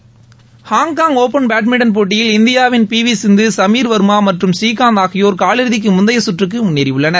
விளையாட்டுக் செய்திகள் Hong Kong open badminton போட்டியில் இந்தியாவின் பி வி சிந்து சமீர் வர்மா மற்றும் ஸ்ரீகாந்த் ஆகியோர் காலிறுதிக்கு முந்தைய சுற்றுக்கு முன்னேறியுள்ளனர்